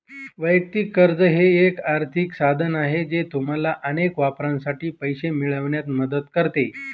वैयक्तिक कर्ज हे एक आर्थिक साधन आहे जे तुम्हाला अनेक वापरांसाठी पैसे मिळवण्यात मदत करते